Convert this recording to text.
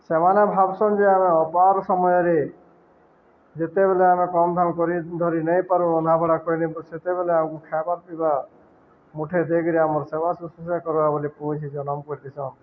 ସେମାନେ ଭାବସନ୍ ଯେ ଆମେ ଅପାର ସମୟରେ ଯେତେବେଲେ ଆମେ କମ ଦାମ କରି ଧରି ନେଇପାରୁ ଅଧଭ଼ା କରିିଲିୁ ସେତେବେଲେ ଆମକୁ ଖାଇବା ପିଇବା ମୁଠେଇ ଦେଇକିରି ଆମର ସେବା ଶ୍ୱଶ୍ରଷା କର ବୋଲି ପୁଛିି ଜନମ ପଲିସନ୍